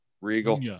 Regal